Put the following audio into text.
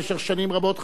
במשך שנים רבות,